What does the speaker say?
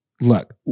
look